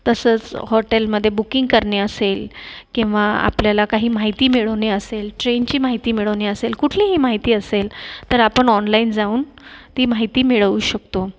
तसंच होटलमध्ये बुकिंग करणे असेल किंवा आपल्याला काही माहिती मिळवणे असेल ट्रेनची माहिती मिळवणे असेल कुठलीही माहिती असेल तर आपण ऑनलाईन जाऊन ती माहिती मिळवू शकतो